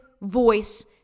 voice